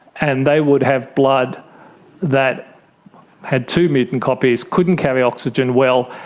and they would have blood that had two mutant copies, couldn't carry oxygen well,